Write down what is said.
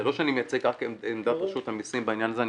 זה לא שאני מייצג רק את עמדת רשות המיסים בעניין הזה,